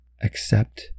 Accept